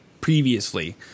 previously